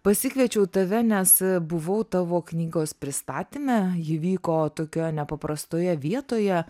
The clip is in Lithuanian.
pasikviečiau tave nes buvau tavo knygos pristatyme ji vyko tokioje nepaprastoje vietoje